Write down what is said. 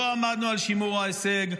לא עמדנו על שימור ההישג,